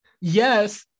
yes